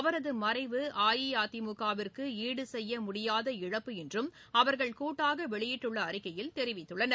அவரது மறைவு அஇஅதிமுக விற்கு ஈடு செய்ய முடியாத இழப்பு என்றும் அவர்கள் கூட்டாக வெளியிட்டுள்ள அறிக்கையில் தெரிவிததுள்ளனர்